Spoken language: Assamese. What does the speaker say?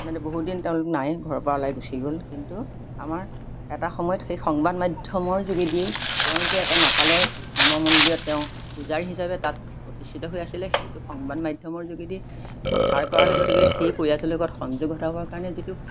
আনহাতে বহুত দিন তেওঁলোক নাই ঘৰৰ পৰা ওলাই গুচি গ'ল কিন্তু আমাৰ এটা সময়ত সেই সংবাদ মাধ্যমৰ যোগেদিয়েই তেওঁ যে এটা নেপালৰ ধৰ্ম মন্দিৰত তেওঁ পূজাৰী হিচাপে তাত প্ৰতিষ্ঠিত হৈ আছিলে সেইটো সংবাদ মাধ্যমৰ যোগেদি প্ৰচাৰ কৰাৰ লগতে সেই পৰিয়ালৰ লগত সংযোগ ঘটাবৰ কাৰণে যিটো